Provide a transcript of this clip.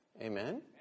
Amen